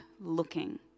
looking